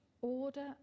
Order